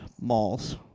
Malls